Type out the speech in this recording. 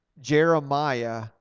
jeremiah